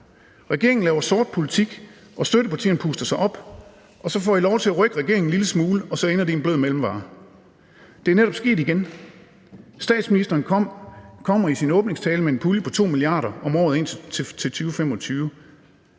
Regeringen laver sort politik, og støttepartierne puster sig op, og så får I lov til at rykke regeringen en lille smule, og så ender det med en blød mellemvare. Det er netop sket igen. Statsministeren kommer i sin åbningstale med en pulje på 2 mia. kr. om året indtil 2025,